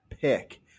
pick